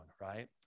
right